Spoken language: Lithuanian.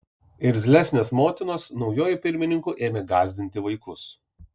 irzlesnės motinos naujuoju pirmininku ėmė gąsdinti vaikus